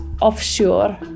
offshore